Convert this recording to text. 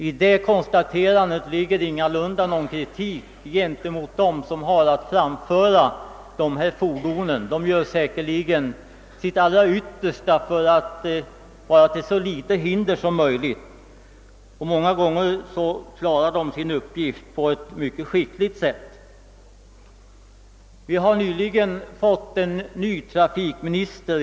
I detta konstaterande ligger ingalunda någon kritik gentemot dem som har att framföra dessa fordon — de gör säkerligen sitt allra yttersta för att vara till så litet hinder som möjligt, och många gånger klarar de sin uppgift på ett mycket skickligt sätt. Vi har nyligen fått en ny trafikmi nister.